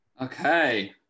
Okay